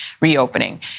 reopening